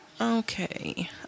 okay